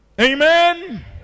Amen